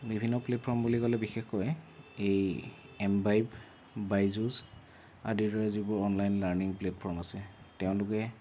বিভিন্ন প্লেটফৰ্ম বুলি ক'লে বিশেষকৈ এই এম্বাইব বাইজুচ আদিৰ দৰে যিবোৰ অনলাইন লাৰ্ণিং প্লেটফৰ্ম আছে তেওঁলোকে